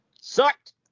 Sucked